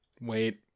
Wait